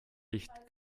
licht